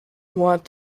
want